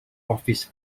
office